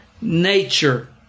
nature